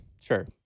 sure